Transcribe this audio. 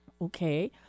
okay